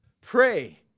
Pray